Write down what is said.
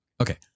Okay